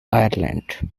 ireland